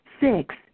six